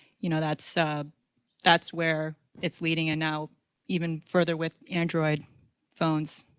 you know, that's so that's where it's leading and now even further with android phones,